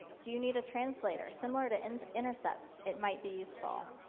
do you need a translator? similar to and intercepts, it might be useful.